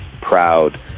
proud